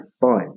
fun